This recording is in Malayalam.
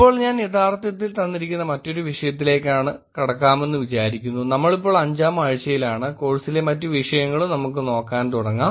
ഇപ്പോൾ ഞാൻ യഥാർത്ഥത്തിൽ തന്നിരിക്കുന്ന മറ്റൊരു വിഷയത്തിലേക്ക് കടക്കാമെന്ന് വിചാരിക്കുന്നു നമ്മളിപ്പോൾ അഞ്ചാം ആഴ്ചയിലാണ് കോഴ്സിലെ മറ്റ് വിഷയങ്ങളും നമുക്ക് നോക്കാൻ തുടങ്ങാം